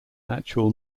actual